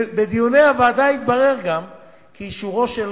בדיוני הוועדה התברר גם כי אישורו של